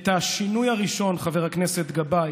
את השינוי הראשון, חבר הכנסת גבאי,